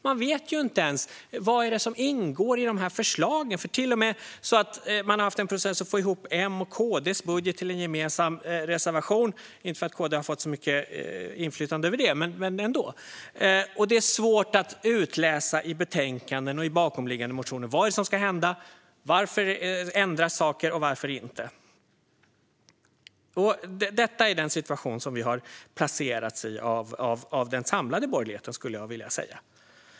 Man vet inte ens vad som ingår i förslagen. Det har till och med varit en process för att få ihop M:s och KD:s budget till en gemensam reservation - inte för att KD har fått särskilt mycket inflytande, men ändå. Det är dessutom svårt att utläsa i betänkanden och bakomliggande motioner vad som ska hända, varför saker ändras och inte. Det är den situation vi har placerats i - av den samlade borgerligheten, skulle jag vilja säga.